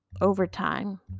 overtime